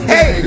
Hey